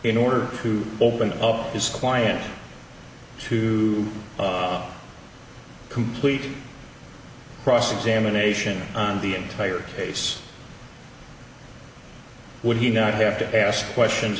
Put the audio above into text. in order to open up his client to complete cross examination on the entire case would he not have to ask questions